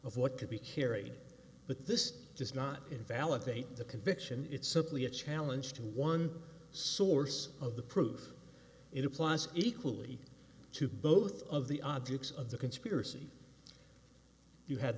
of what could be carried but this does not invalidate the conviction it's simply a challenge to one source of the proof it applies equally to both of the objects of the conspiracy you had